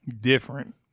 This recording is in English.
different